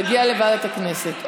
זה יגיע לוועדת הכנסת.